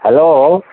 hello